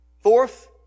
Fourth